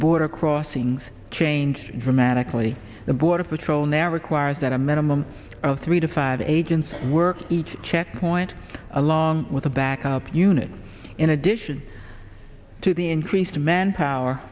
border crossings changed dramatically the border patrol now requires that a minimum of three to five agents work each checkpoint along with a backup unit in addition to the increased manpower